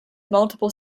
multiple